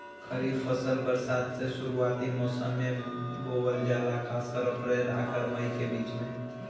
खरीफ फसल बरसात के शुरूआती मौसम में बोवल जाला खासकर अप्रैल आउर मई के बीच में